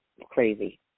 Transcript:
Crazy